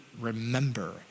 remember